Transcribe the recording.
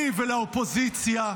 לי ולאופוזיציה.